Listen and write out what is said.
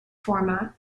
format